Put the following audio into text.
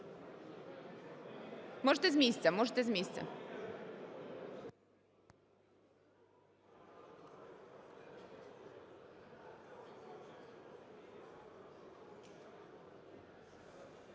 Можете з місця, можете з місця.